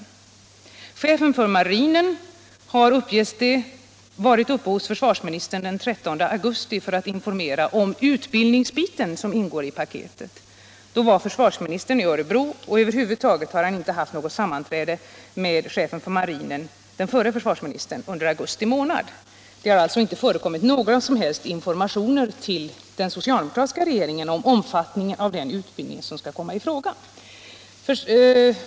Det uppges att chefen för marinen var uppe hos den förre försvarsministern den 13 augusti för att informera om den utbildningsbit som ingår i paketet, men då var försvarsministern i Örebro, och han har heller inte senare i augusti haft något sammanträde med chefen för marinen. Det har således inte förekommit några som helst informationer till den socialdemokratiska regeringen om omfattningen av den utbildning som skall komma i fråga.